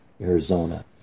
arizona